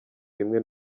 rimwe